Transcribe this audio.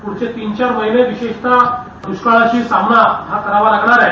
पुढचे तीन चार महिने विशेषतः दुष्काळाशी सामना हा करावा लागणार आहे